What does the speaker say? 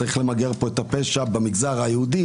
צריך למגר פה את הפשע במגזר היהודי,